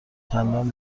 چندان